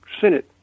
Senate